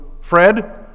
Fred